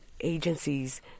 agencies